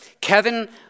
Kevin